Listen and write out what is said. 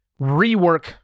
rework